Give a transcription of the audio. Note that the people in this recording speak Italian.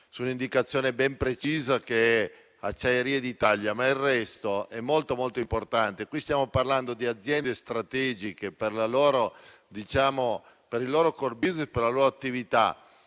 su indicazione ben precisa, relativa ad Acciaierie d'Italia, ma il resto è molto importante. Qui stiamo parlando di aziende strategiche per il loro *core business* e per la loro attività,